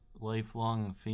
lifelong